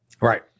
Right